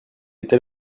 étais